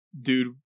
dude